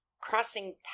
crossing